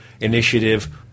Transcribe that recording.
initiative